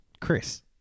Chris